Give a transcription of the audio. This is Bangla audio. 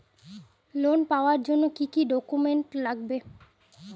লোন পাওয়ার জন্যে কি কি ডকুমেন্ট লাগবে?